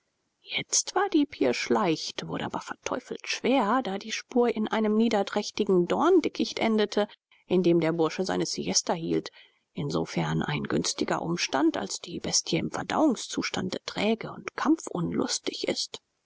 jetzt war die pirsch leicht wurde aber verteufelt schwer da die spur in einem niederträchtigen dorndickicht endete in dem der bursche seine siesta hielt insofern ein günstiger umstand als die bestie im verdauungszustande träger und kampfunlustiger ist